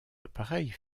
appareils